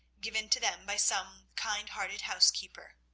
given to them by some kind-hearted housekeeper.